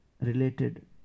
related